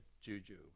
juju